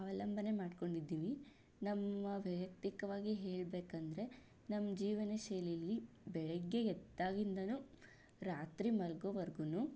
ಅವಲಂಬನೆ ಮಾಡ್ಕೊಂಡಿದ್ದೀವಿ ನಮ್ಮ ವೈಯಕ್ತಿಕವಾಗಿ ಹೇಳಬೇಕೆಂದರೆ ನಮ್ಮ ಜೀವನಶೈಲಿಯಲ್ಲಿ ಬೆಳಗ್ಗೆ ಎದ್ದಾಗಿಂದಾನು ರಾತ್ರಿ ಮಲ್ಗೊವರೆಗೂನು